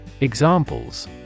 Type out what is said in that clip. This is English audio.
Examples